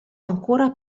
ancora